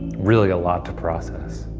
really a lot to process.